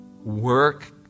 work